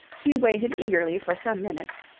she waited eagerly for some minutes,